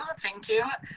ah thank you.